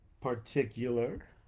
particular